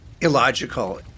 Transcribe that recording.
illogical